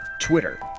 Twitter